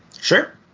Sure